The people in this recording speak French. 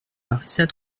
paraissait